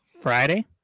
Friday